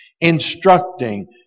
instructing